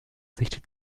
sich